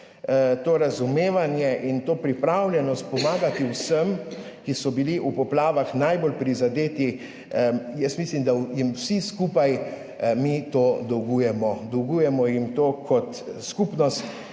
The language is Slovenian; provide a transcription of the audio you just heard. to razumevanje in to pripravljenost pomagati vsem, ki so bili v poplavah najbolj prizadeti. Mislim, da jim mi vsi skupaj to dolgujemo. Dolgujemo jim to kot skupnost